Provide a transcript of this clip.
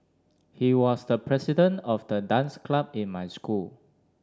he was the president of the dance club in my school